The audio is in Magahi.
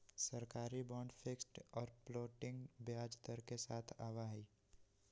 सरकारी बांड फिक्स्ड और फ्लोटिंग ब्याज दर के साथ आवा हई